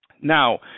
now